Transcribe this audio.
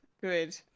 good